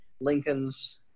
Lincoln's